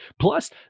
Plus